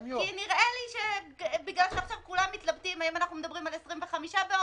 בגלל שעכשיו כולם מתלבטים האם אנחנו מדברים על 25 באוגוסט,